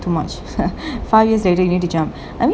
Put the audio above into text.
too much five years already need to jump